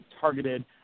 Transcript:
targeted